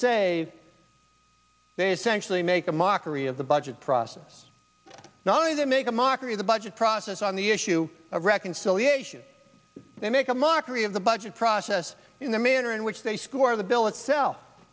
essentially make a mockery of the budget process not only they make a mockery of the budget process on the issue of reconciliation they make a mockery of the budget process in the manner in which they score of the bill itself